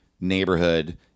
neighborhood